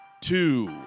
two